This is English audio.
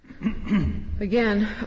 Again